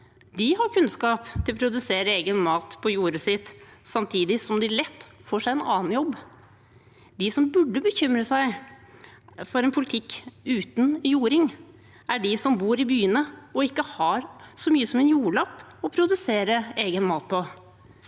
De har kunnskap til å produsere egen mat på jordet sitt samtidig som de lett får seg en annen jobb. De som burde bekymre seg for en politikk uten jording, er de som bor i byene og ikke har så mye som en jordlapp å produsere egen mat på.